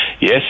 Yes